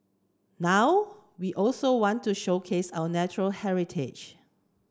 now we also want to showcase our natural heritage